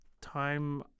Time